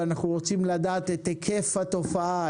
ואנחנו רוצים לדעת את היקף התופעה,